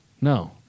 No